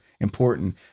important